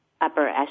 upper